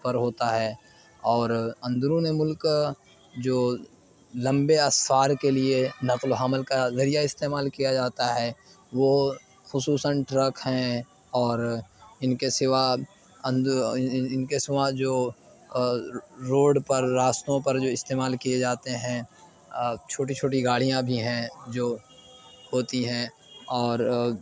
پر ہوتا ہے اور اندرون ملک جو لمبے اسفار کے لیے نقل و حمل کا ذریعہ استعمال کیا جاتا ہے وہ خصوصاً ٹرک ہیں اور ان کے سوا ان کے سوا جو روڈ پر راستوں پر جو استعمال کیے جاتے ہیں چھوٹی چھوٹی گاڑیاں بھی ہیں جو ہوتی ہیں اور